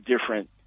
different